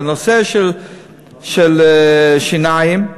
בנושא של טיפולי השיניים לילדים,